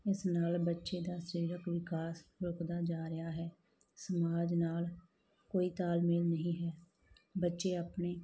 ਇਸ ਨਾਲ ਬੱਚੇ ਦਾ ਸਰੀਰਕ ਵਿਕਾਸ ਰੁਕਦਾ ਜਾ ਰਿਹਾ ਹੈ ਸਮਾਜ ਨਾਲ ਕੋਈ ਤਾਲਮੇਲ ਨਹੀਂ ਹੈ ਬੱਚੇ ਆਪਣੇ